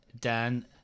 Dan